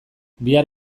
bihar